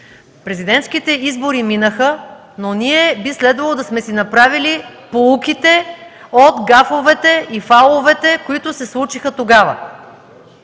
Президентските избори минаха, но ние би следвало да сме си направили поуките от гафовете и фаловете, които се случиха тогава.